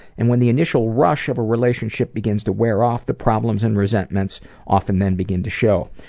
and when the initial rush of a relationship begins to wear off the problems and resentments often then begin to show.